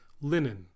linen